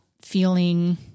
feeling